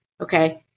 okay